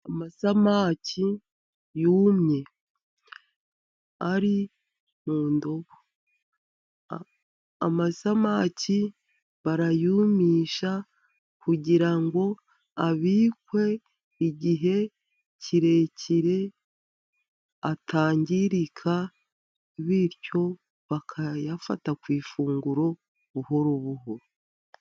Amasamaki yumye, ari mu ndobo. Amasamaki barayumisha, kugira ngo abikwe igihe kirekire atangirika, bityo bakayafata ku ifunguro buhoro buhoro.